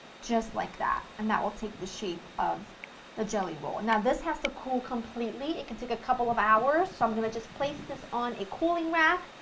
just like that, and that will take the shape of the jelly roll. now this has to cool completely, it could take a couple of hours, so i'm going to place this on a cooling rack,